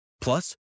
Plus